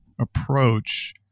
approach